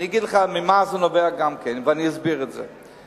אני אגיד לך גם ממה זה נובע, ואני אסביר את זה.